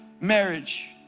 marriage